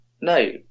No